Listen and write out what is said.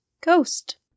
ghost